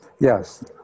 Yes